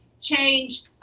change